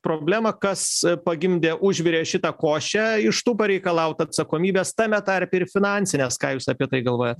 problemą kas pagimdė užvirė šitą košę iš tų pareikalaut atsakomybės tame tarpe ir finansinės ką jūs apie tai galvojat